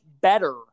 better